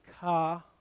car